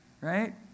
right